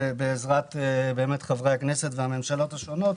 בעזרת חברי הכנסת והממשלות השונות.